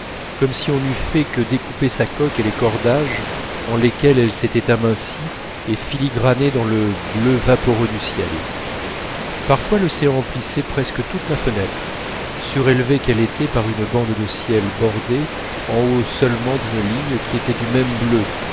comme si on n'eût fait que découper son avant et les cordages en lesquels elle s'était amincie et filigranée dans le bleu vaporeux du ciel parfois l'océan emplissait presque toute ma fenêtre surélevée qu'elle était par une bande de ciel bordée en haut seulement d'une ligne qui était du même bleu